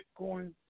Bitcoin